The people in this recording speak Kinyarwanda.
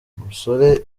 umusore